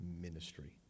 ministry